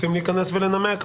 רוצים להיכנס ולנמק?